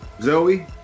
Zoe